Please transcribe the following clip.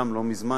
גם כן לא מזמן,